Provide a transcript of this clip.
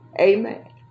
Amen